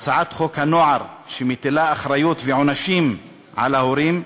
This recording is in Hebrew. הצעת חוק הנוער, שמטילה אחריות ועונשים על ההורים.